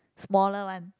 smaller one